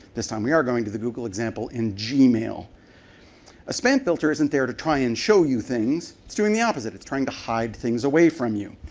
this time we are going to the google example in g-mail. a spam filter isn't there to try and show you things. it's doing the opposite of it's trying to hide things away from you.